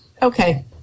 Okay